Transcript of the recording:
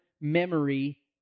memory